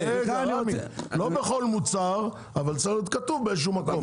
--- לא בכל מוצר אבל צריך להיות כתוב באיזשהו מקום.